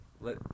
Let